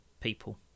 people